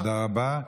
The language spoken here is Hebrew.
תודה רבה.